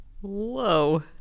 Whoa